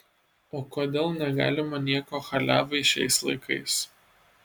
o kodėl negalima nieko chaliavai šiais laikais